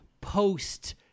post